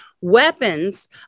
weapons